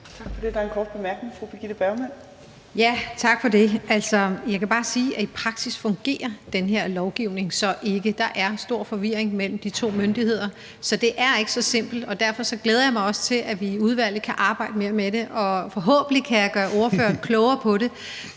fra fru Birgitte Bergman. Kl. 18:36 Birgitte Bergman (KF): Tak for det. Jeg kan bare sige, at i praksis fungerer den her lovgivning ikke. Der er stor forvirring mellem de to myndigheder, så det er ikke så simpelt. Derfor glæder jeg mig til, at vi kan arbejde mere med det i udvalget, og til, at jeg forhåbentlig kan gøre ordføreren klogere på det,